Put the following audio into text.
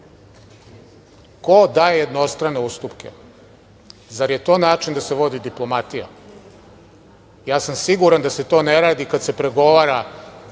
ko daje jednostrane ustupke? Zar je to način da se vodi diplomatija? Ja sam siguran da se to ne radi kad se pregovara,